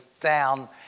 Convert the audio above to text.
down